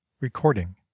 Recording